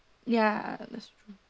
ya